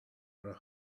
are